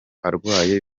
arwaye